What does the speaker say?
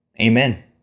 amen